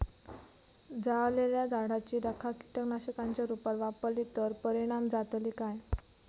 जळालेल्या झाडाची रखा कीटकनाशकांच्या रुपात वापरली तर परिणाम जातली काय?